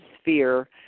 sphere